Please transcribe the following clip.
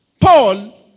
Paul